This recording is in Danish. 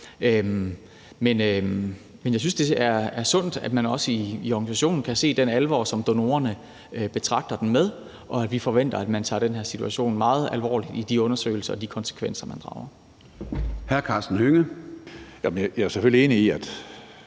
Men jeg synes, at det er sundt, at man også i organisationen kan se den alvor, som donorerne betragter situationen med, og vi forventer, at man tager den her situation meget alvorligt i de undersøgelser og de konsekvenser, man drager. Kl. 13:48 Formanden (Søren